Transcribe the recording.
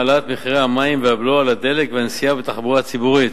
העלאת מחירי המים והבלו על הדלק והנסיעה בתחבורה הציבורית.